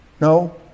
No